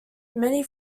many